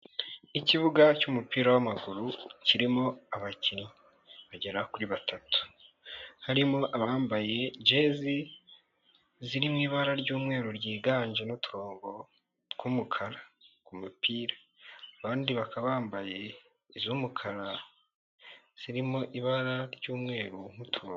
Ikibuga cy'umupira w'amaguru kirimo abakinnyi bagera kuri batatu, harimo abambaye jezi ziri mu ibara ry'umweru ryiganje n'uturongo tw'umukara ku mupira, abandi bakaba bambaye iz'umukara zirimo ibara ry'umweru n'uturongo.